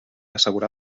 assegurar